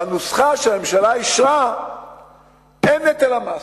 בנוסחה שהממשלה אישרה אין נטל המס.